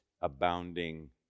abounding